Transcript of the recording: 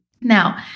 Now